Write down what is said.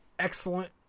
Excellent